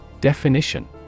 Definition